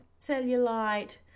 cellulite